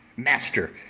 master,